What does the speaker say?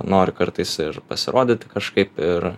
nori kartais ir pasirodyti kažkaip ir